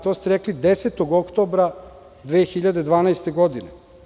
To ste rekli 10. oktobra 2012. godine.